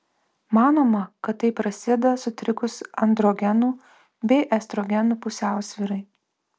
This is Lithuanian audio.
manoma kad tai prasideda sutrikus androgenų bei estrogenų pusiausvyrai